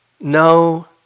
no